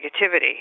negativity